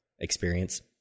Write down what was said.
experience